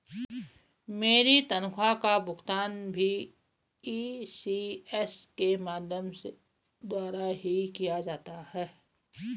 मेरी तनख्वाह का भुगतान भी इ.सी.एस के माध्यम द्वारा ही किया जाता है